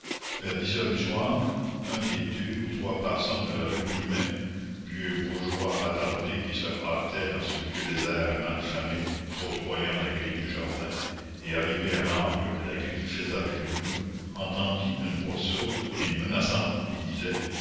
vers dix heures du soir un des deux ou trois passants de la rue plumet vieux bourgeois attardé qui se hâtait dans ce lieu désert et mal famé côtoyant la grille du jardin et arrivé à l'angle que la grille faisait avec le mur entendit une voix sourde et menaçante qui disait